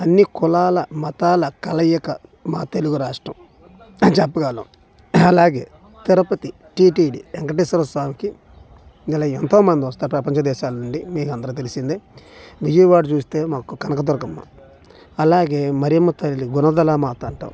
అన్నీ కులాల మతాల కలయిక మా తెలుగు రాష్ట్రం అని చెప్పగలం అలాగే తిరుపతి టీటీడీ వెంకటేశ్వరస్వామికి ఇలా ఎంతో మంది వస్తారు ప్రపంచ దేశాలు నుండి మీ అందరికీ తెలిసిందే విజయవాడ చూస్తే మాకు కనకదుర్గమ్మ అలాగే మరియమ్మ తల్లి గుణదల మాతా అంటాము